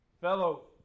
fellow